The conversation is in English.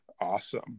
awesome